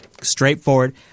straightforward